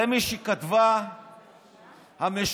זה מה שכתבה המשוררת